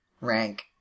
rank